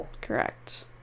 Correct